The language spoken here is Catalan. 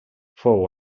fou